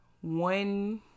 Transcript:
one